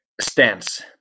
Stance